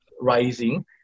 rising